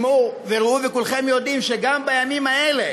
שמעו וראו, וכולכם יודעים, שגם בימים האלה